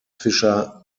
fischer